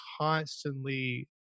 constantly